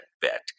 bet